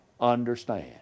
understand